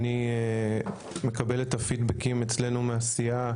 אני מקבל את הפידבקים אצלנו מהסיעה,